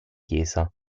chiesa